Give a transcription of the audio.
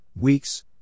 weeks